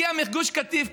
הגיע מגוש קטיף,